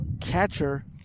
catcher